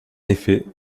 effet